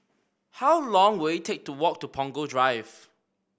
how long will it take to walk to Punggol Drive